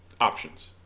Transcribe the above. options